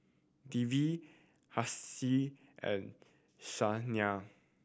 Devi Haresh and Saina